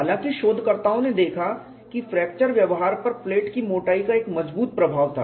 हालांकि शोधकर्ताओं ने देखा कि फ्रैक्चर व्यवहार पर प्लेट की मोटाई का एक मजबूत प्रभाव था